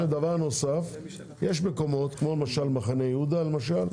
דבר נוסף, יש מקומות, כמו למשל מחנה יהודה למשל,